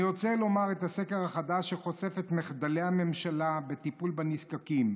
אני רוצה לדבר על הסקר החדש שחושף את מחדלי הממשלה בטיפול בנזקקים.